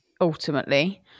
ultimately